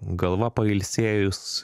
galva pailsėjus